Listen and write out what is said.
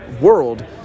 world